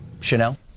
Chanel